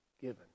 given